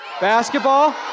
basketball